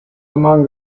among